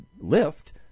lift